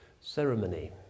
ceremony